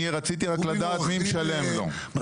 אני רציתי רק לדעת מי משלם לו.